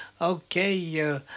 Okay